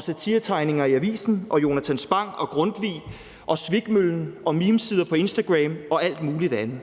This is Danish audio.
satiretegninger i avisen, Jonatan Spang, Grundtvig, Svikmøllen, memesider på Instagram og alt muligt andet.